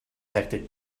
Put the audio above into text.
hectic